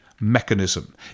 mechanism